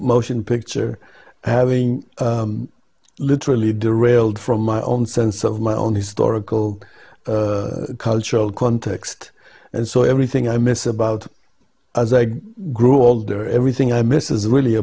motion picture having literally derailed from my on sense of my own historical cultural context and so everything i miss about as i grew older everything i miss is really